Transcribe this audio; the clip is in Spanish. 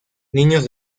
niños